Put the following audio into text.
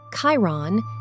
Chiron